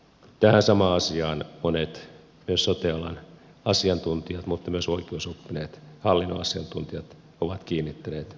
tähän samaan asiaan monet myös sote alan asiantuntijat mutta myös oikeusoppineet hallinnon asiantuntijat ovat kiinnittäneet huomion